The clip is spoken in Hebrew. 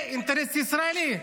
זה אינטרס ישראלי,